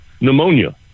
pneumonia